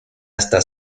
hasta